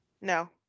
No